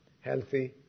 Healthy